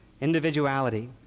Individuality